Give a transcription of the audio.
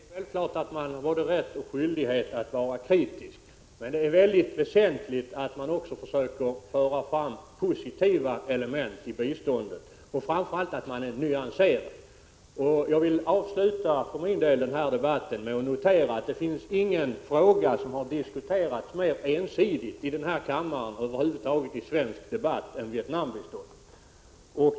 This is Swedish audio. Fru talman! Det är självklart att man har både rätt och skyldighet att vara kritisk. Men det är mycket väsentligt att man också försöker föra fram positiva element i biståndet och framför allt att man är nyanserad. Jag vill för min del avsluta den här debatten med att notera att det inte finns någon fråga som har diskuterats mer ensidigt i den här kammaren eller i svensk debatt över huvud taget än Vietnambiståndet.